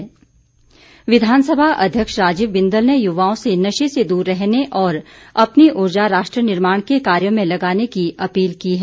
बिंदल विधानसभा अध्यक्ष राजीव बिंदल ने युवाओं से नशे से दूर रहने और अपनी ऊर्जा राष्ट्र निर्माण के कार्यों में लगाने की अपील की है